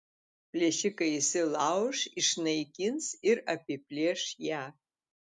plėšikai įsilauš išnaikins ir apiplėš ją